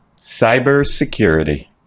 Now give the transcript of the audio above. Cybersecurity